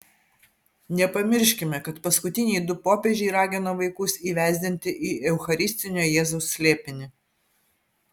nepamirškime kad paskutiniai du popiežiai ragino vaikus įvesdinti į eucharistinio jėzaus slėpinį